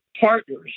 partners